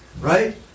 Right